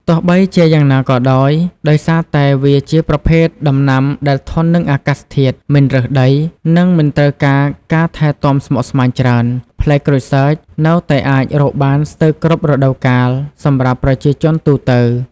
ទោះបីជាយ៉ាងណាក៏ដោយ ដោយសារតែវាជាប្រភេទដំណាំដែលធន់នឹងអាកាសធាតុ មិនរើសដី និងមិនត្រូវការការថែទាំស្មុគស្មាញច្រើន ផ្លែក្រូចសើចនៅតែអាចរកបានស្ទើរគ្រប់រដូវកាលសម្រាប់ប្រជាជនទូទៅ។